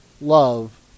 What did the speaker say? love